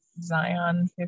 Zion